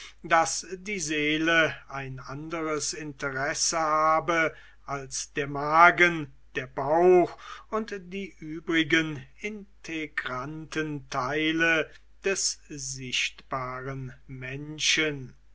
daß die seele ein anderes interesse habe als der magen der bauch und die übrigen integranten teile des sichtbaren menschen